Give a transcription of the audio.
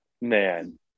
Man